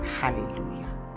Hallelujah